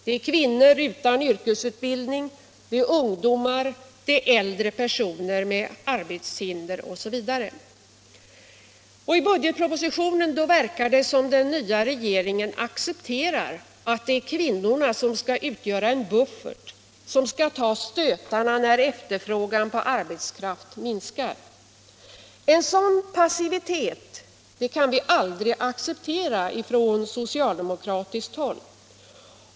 Det är kvinnor utan yrkesutbildning, ungdomar och äldre personer med arbetshinder osv. Av budgetpropositionen verkar det som om den nya regeringen accepterar att det är kvinnorna som skall utgöra en buffert och ta stötarna när efterfrågan på arbetskraft minskar. En sådan passivitet kan vi från socialdemokratiskt håll aldrig acceptera.